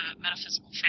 metaphysical